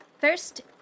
First